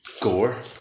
gore